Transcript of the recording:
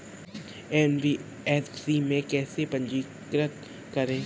NBFC में कैसे पंजीकृत करें?